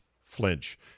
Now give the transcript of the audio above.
flinch